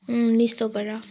मिसोबाट